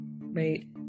right